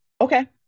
okay